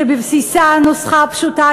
שבבסיסה נוסחה פשוטה,